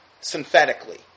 synthetically